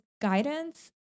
guidance